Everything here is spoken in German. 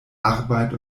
arbeit